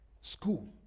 school